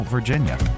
Virginia